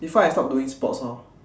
before I stopped doing sports lor